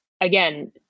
again